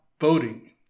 voting